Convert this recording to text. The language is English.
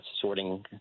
sorting